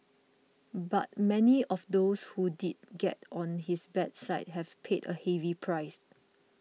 but many of those who did get on his bad side have paid a heavy price